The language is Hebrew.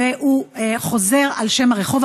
והוא חוזר על שם הרחוב,